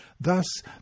Thus